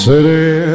City